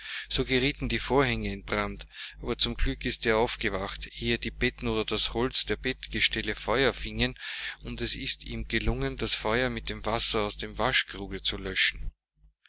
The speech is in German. so gerieten die vorhänge in brand aber zum glück ist er aufgewacht ehe die betten oder das holz der bettstelle feuer fingen und es ist ihm gelungen das feuer mit dem wasser aus dem waschkruge zu löschen